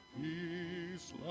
peace